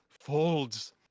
folds